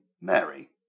Mary